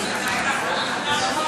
נתקבל.